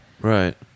right